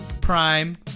prime